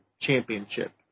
Championship